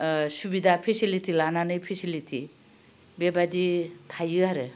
ओ सुबिदा फेसिलिथि लानानै फेसिलिथि बेबादि थायो आरो